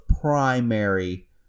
primary